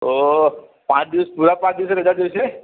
ઓહ પાંચ દિવસ પુરા પાંચ દિવસની રજા જોઈશે